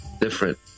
different